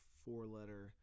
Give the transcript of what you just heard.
four-letter